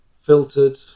filtered